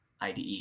IDE